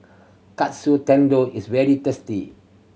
Katsu Tendon is very tasty